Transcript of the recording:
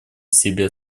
себе